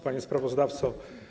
Panie Sprawozdawco!